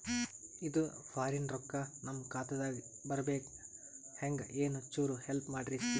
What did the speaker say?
ಇದು ಫಾರಿನ ರೊಕ್ಕ ನಮ್ಮ ಖಾತಾ ದಾಗ ಬರಬೆಕ್ರ, ಹೆಂಗ ಏನು ಚುರು ಹೆಲ್ಪ ಮಾಡ್ರಿ ಪ್ಲಿಸ?